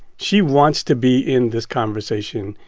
she wants to be in this conversation.